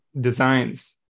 designs